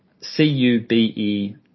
C-U-B-E